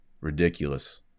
ridiculous